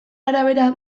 arabera